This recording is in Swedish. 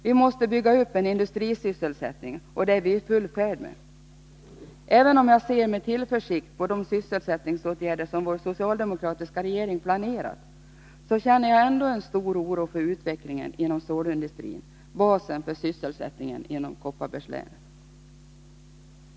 Vi måste bygga upp en industrisysselsättning, och det är vi i full färd med. Även om jag ser med tillförsikt på de sysselsättningsåtgärder som vår socialdemokratiska regering planerat, så känner jag ändå en stor oro för utvecklingen inom stålindustrin, basen för sysselsättningen i Kopparbergs län.